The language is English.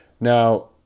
Now